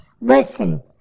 listen